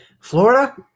Florida –